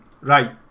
Right